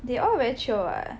they all very chio [what]